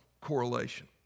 correlation